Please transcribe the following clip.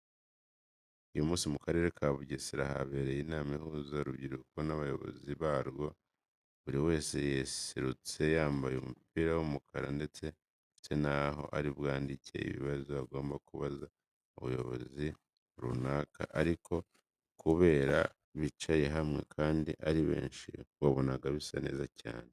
Uyu munsi mu Karere ka Bugesera habereye inama ihuza urubyiruko n'abayobozi barwo. Buri wese yaserutse yambaye umupira w'umukara ndetse afite naho ari bwandike ibibazo agomba kubaza umuyobozi runaka, ariko kubareba bicaye hamwe kandi ari benshi wabonaga bisa neza cyane.